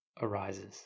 arises